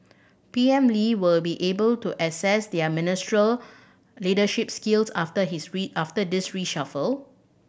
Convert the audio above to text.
P M Lee will be able to assess their ministerial leadership skills after his after this reshuffle